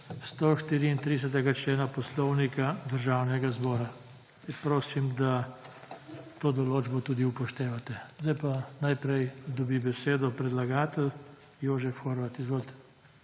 134. člena Poslovnika Državnega zbora. Prosim, da to določbo tudi upoštevate. Zdaj, pa najprej dobi besedo predlagatelj, Jožef Horvat. Izvolite.